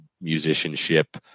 musicianship